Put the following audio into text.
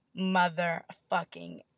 motherfucking